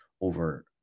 over